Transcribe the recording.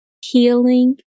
healing